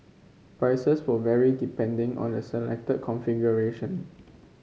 prices will vary depending on the selected configuration